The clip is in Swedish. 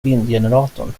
vindgeneratorn